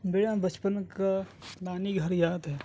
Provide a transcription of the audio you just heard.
میرا بچپن کا نانی گھر یاد ہے